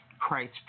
Christ